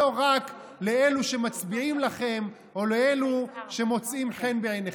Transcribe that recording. לא רק לאלו שמצביעים לכם או לאלו שמוצאים חן בעיניכם.